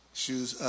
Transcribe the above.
shoes